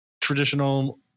traditional